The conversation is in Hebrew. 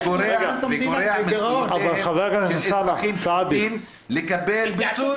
וגורע מזכויותיהם של אזרחים רבים לקבל פיצוי.